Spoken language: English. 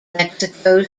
mexico